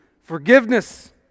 Forgiveness